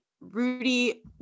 Rudy